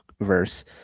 verse